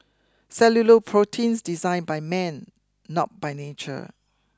cellular proteins designed by man not by nature